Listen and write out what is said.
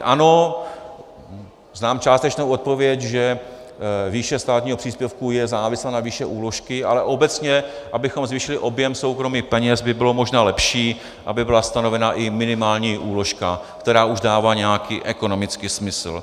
Ano, znám částečnou odpověď, že výše státního příspěvku je závislá na výši úložky, ale obecně, abychom zvýšili objem soukromých peněz, by bylo možná lepší, aby byla stanovena i minimální úložka, která už dává nějaký ekonomický smysl.